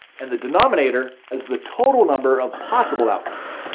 and the denominator as the total number of possible outcomes.